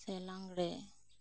ᱥᱮ ᱞᱟᱜᱽᱲᱮ